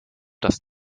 das